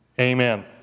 Amen